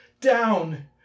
Down